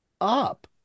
up